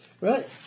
Right